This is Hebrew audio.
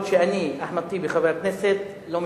עמנואל?